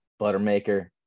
Buttermaker